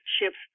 ship's